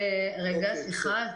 סליחה.